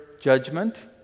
judgment